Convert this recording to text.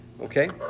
Okay